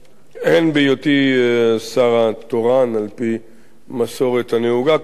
הן בהיותי השר התורן על-פי מסורת הנהוגה כאן,